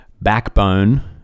backbone